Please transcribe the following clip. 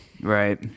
Right